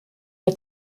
der